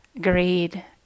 greed